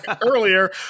earlier